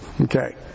Okay